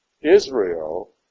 Israel